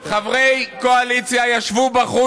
הכי חשובים.